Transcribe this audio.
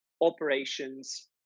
operations